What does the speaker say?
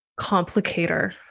complicator